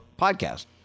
podcast